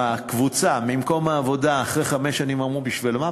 בקבוצה ממקום העבודה אחרי חמש שנים אמרו: בשביל מה?